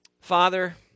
Father